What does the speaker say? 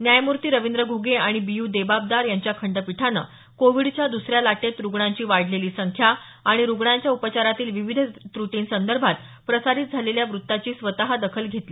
न्यायमूर्ती रवींद्र घ्गे आणि B U Debadwar यांच्या खंडपीठानं कोविडच्या द्सऱ्या लाटेत रुग्णांची वाढलेली संख्या आणि रुग्णांच्या उपाचारातील विविध त्रटींसंदर्भात प्रसारित झालेल्या वृत्ताची स्वतः दखल घेतली